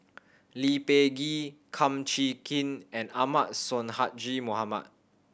Lee Peh Gee Kum Chee Kin and Ahmad Sonhadji Mohamad